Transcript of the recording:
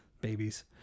Babies